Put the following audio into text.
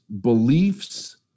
beliefs